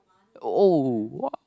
oh oh !wah!